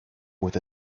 with